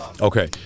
Okay